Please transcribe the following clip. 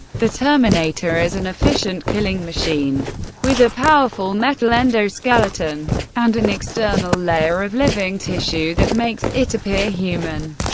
the terminator is an efficient killing machine with a powerful metal endoskeleton and an external layer of living tissue that makes it appear human.